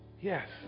Yes